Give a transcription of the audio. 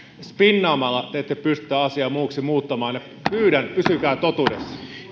spinnaamalla te ette pysty tätä asiaa muuksi muuttamaan pyydän pysykää totuudessa